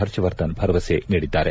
ಹರ್ಷವರ್ಧನ್ ಭರವಸೆ ನೀಡಿದ್ದಾರೆ